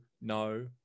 no